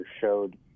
showed